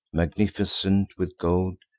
magnificent with gold.